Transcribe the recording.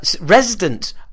resident